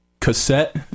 cassette